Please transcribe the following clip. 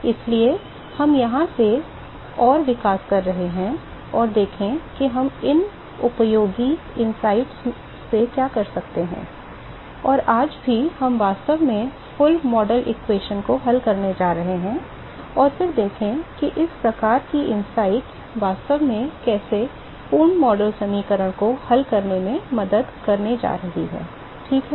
इसलिए हम यहां से औरविकास कर रहे हैं और देखें कि हम इन उपयोगी अंतर्दृष्टि से क्या कर सकते हैं और आज भी हम वास्तव में पूर्ण मोडल समीकरण को हल करने जा रहे हैं और फिर देखें कि इस प्रकार की अंतर्दृष्टि वास्तव में कैसे पूर्ण मोडल समीकरण को हल करने में मदद करने जा रही है ठीक है